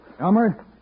Elmer